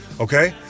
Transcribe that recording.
Okay